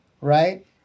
right